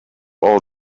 all